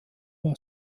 war